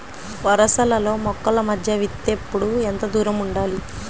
వరసలలో మొక్కల మధ్య విత్తేప్పుడు ఎంతదూరం ఉండాలి?